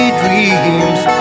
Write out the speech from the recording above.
dreams